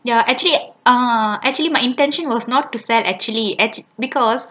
ya actually uh actually my internship was not to sell actually because